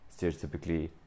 stereotypically